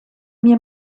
mir